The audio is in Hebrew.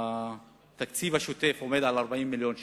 התקציב השוטף הוא 40 מיליון שקל,